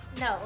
No